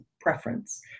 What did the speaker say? preference